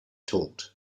talked